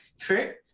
trick